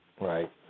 right